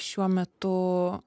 šiuo metu